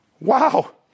Wow